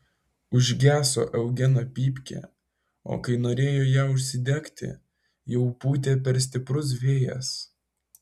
užgeso eugeno pypkė o kai norėjo ją užsidegti jau pūtė per stiprus vėjas